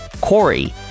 Corey